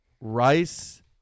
rice